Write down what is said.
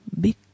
big